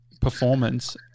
performance